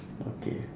okay